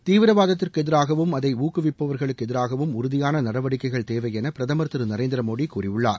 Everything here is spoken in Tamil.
தீவிரவாதத்திற்கு எதிராகவும் அதை ஊக்குவிப்பவர்களுக்கு எதிராகவும் உறுதியான நடவடிக்கைகள் தேவை என பிரதமர் திரு நரேந்திர மோடி கூறியுள்ளார்